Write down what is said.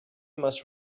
must